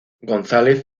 gonzález